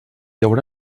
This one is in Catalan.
haurà